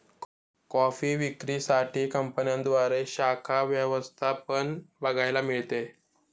coffee विक्री साठी कंपन्यांद्वारे शाखा व्यवस्था पण बघायला मिळते